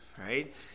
right